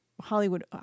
Hollywood